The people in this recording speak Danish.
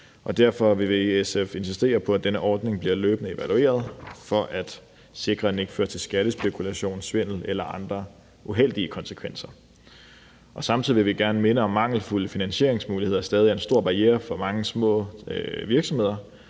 Derfor vil vi i SF insistere på, at denne ordning løbende bliver evalueret for at sikre, at den ikke fører til skattespekulation, svindel eller andre uheldige konsekvenser. Samtidig vil vi gerne minde om, at mangelfulde finansieringsmuligheder stadig er en stor barriere for mange små virksomheder.